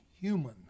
human